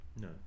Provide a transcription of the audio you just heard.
No